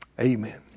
Amen